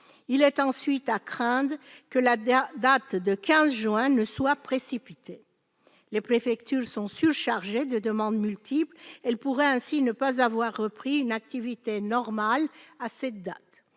il est à craindre que la date du 15 juin ne soit précipitée. Les préfectures sont surchargées de demandes multiples ; elles pourraient ainsi ne pas avoir repris une activité normale à cette date.